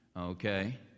okay